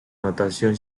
notación